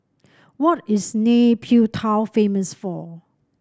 what is Nay Pyi Taw famous for